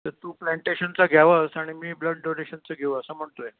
तर तू प्लन्टेशनचं घ्यावंस आणि मी ब्लड डोनेशनचं घेऊ असं म्हणतो आहे